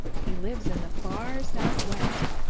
he lives in the far southwest,